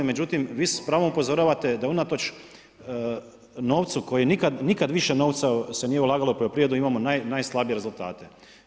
Međutim, vi s pravom upozoravate da unatoč novcu koji nikad više novca se nije ulagalo u poljoprivredu, a imamo najslabije rezultate.